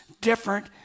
different